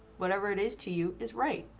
whatever it is to you is right,